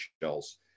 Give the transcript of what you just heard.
shells